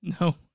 No